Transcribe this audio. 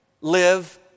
live